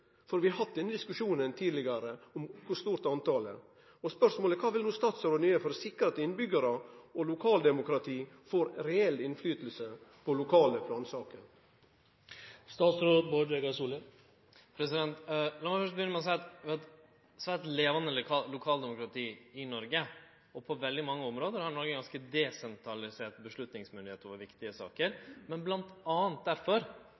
Vi har hatt denne diskusjonen tidlegare, om kor stort talet på motsegn er. Kva vil statsråden gjere for å sikre at innbyggjarar og lokaldemokrati får reell innverknad på lokale plansaker? Lat meg først begynne med å seie at vi har eit levande lokaldemokrati i Noreg. På veldig mange område har Noreg ein ganske desentralisert avgjerdsmyndigheit i viktige saker. Derfor